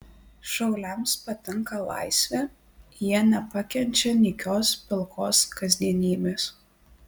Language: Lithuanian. šauliams patinka laisvė jie nepakenčia nykios pilkos kasdienybės